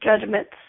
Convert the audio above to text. judgments